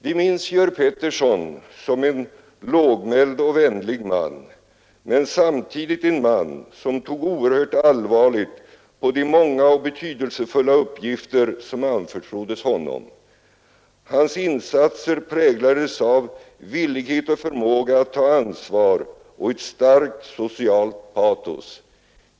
Vi minns Georg Pettersson som en lågmäld och vänlig man men samtidigt en man som tog oerhört allvarligt på de många och betydelsefulla uppgifter som anförtroddes honom. Hans insatser präglades av villighet och förmåga att ta ansvar och av ett starkt socialt patos.